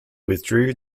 withdrew